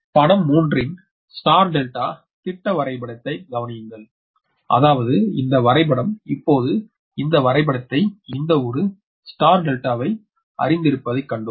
படம் 3 இன் நட்சத்திர டெல்டா திட்ட வரைபடத்தைக் கவனியுங்கள் அதாவது இந்த வரைபடம் இப்போது இந்த வரைபடத்தை இந்த ஒரு நட்சத்திர டெல்டாவை அறிந்திருப்பதைக் கண்டோம்